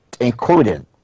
including